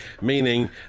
meaning